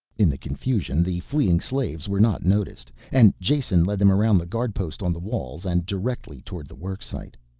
in the confusion the fleeing slaves were not noticed, and jason led them around the guard post on the walls and directly towards the worksite.